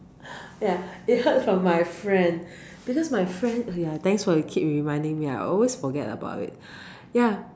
ya they heard from my friend because my friend !aiya! thanks for the keep reminding me I always forget about it ya